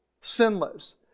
sinless